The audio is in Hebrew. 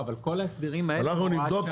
אבל כל ההסדרים האלה הם הוראת שעה.